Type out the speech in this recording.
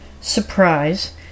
surprise